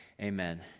amen